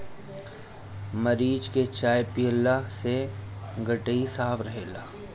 मरीच के चाय पियला से गटई साफ़ रहेला